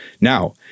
Now